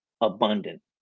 abundant